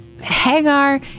Hagar